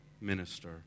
minister